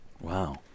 Wow